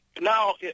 Now